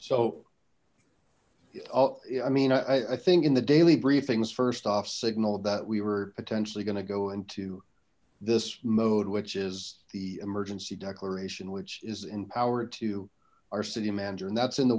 i'll i mean i think in the daily briefings first off signal that we were potentially going to go into this mode which is the emergency declaration which is in power to our city manager and that's in the